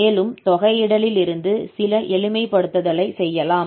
மேலும் தொகையிடலிலிருந்து சில எளிமைப்படுத்துதலை செய்யலாம்